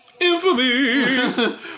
Infamy